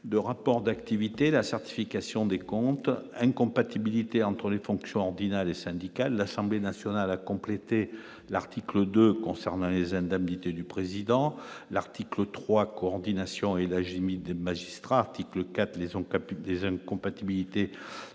de rapports d'activité, la certification des comptes incompatibilité entre les fonctions ordinale et syndicats, l'Assemblée nationale a complété l'article 2 concernant les indemnités du président, l'article 3, coordination et là j'mis des magistrats article 4 des compatibilité